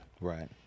Right